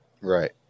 Right